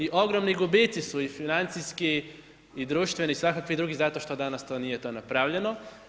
I ogromni gubici su i financijski i društveni i svakakvi drugi zato što danas to nije napravljeno.